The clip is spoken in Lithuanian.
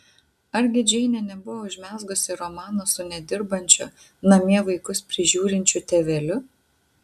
argi džeinė nebuvo užmezgusi romano su nedirbančiu namie vaikus prižiūrinčiu tėveliu